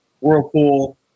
Whirlpool